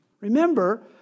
Remember